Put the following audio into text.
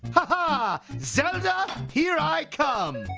ah zelda, here i come.